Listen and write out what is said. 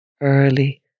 early